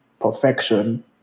perfection